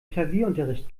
klavierunterricht